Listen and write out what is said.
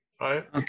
Right